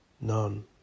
None